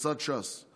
קבוצת סיעת ש"ס,